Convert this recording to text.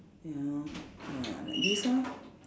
ya lor ya like this ah